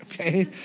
okay